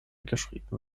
geschrieben